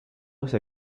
ese